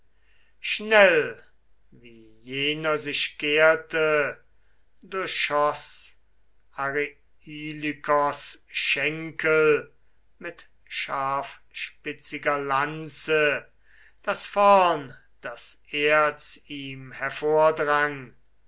schnell wie jener sich kehrte durchschoß arelykos schenkel mit scharfspitziger lanze daß vorn das erz ihm hervordrang